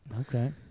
Okay